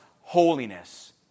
holiness